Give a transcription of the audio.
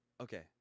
Okay